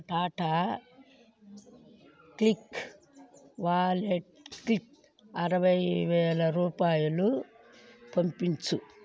Tata click వాలెట్కి అరవైవేల రూపాయలు పంపించు